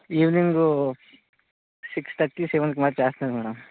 evening six thirty సెవెన్కి మరి చేస్తున్నారు మేడమ్